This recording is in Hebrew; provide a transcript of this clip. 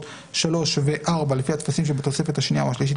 3 ו-4 לפי הטפסים שבתוספת השנייה או השלישית,